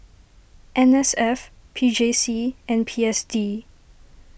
N S F P J C and P S D